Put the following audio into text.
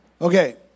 Okay